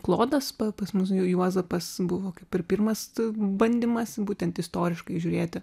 klodas pa pas mus juozapas buvo kaip ir pirmas bandymas būtent istoriškai žiūrėti